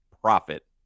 profit